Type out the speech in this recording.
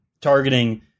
targeting